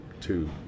two